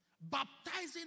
baptizing